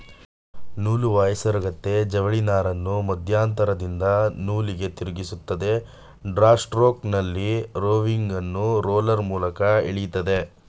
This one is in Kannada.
ನೂಲುವ ಹೇಸರಗತ್ತೆ ಜವಳಿನಾರನ್ನು ಮಧ್ಯಂತರದಿಂದ ನೂಲಿಗೆ ತಿರುಗಿಸ್ತದೆ ಡ್ರಾ ಸ್ಟ್ರೋಕ್ನಲ್ಲಿ ರೋವಿಂಗನ್ನು ರೋಲರ್ ಮೂಲಕ ಎಳಿತದೆ